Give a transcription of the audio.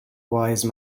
wise